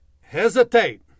hesitate